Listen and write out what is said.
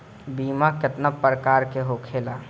बीमा केतना प्रकार के होखे ला?